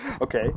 Okay